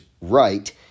right